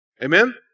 Amen